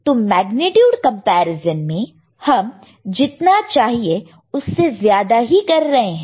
तो magnitude comparison में हम जीतना चाहिए उससे ज्यादा ही कर रहे हैं